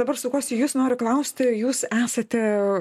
dabar sukuosi į jus noriu klausti ar jūs esate